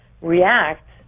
react